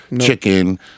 chicken